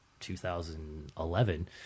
2011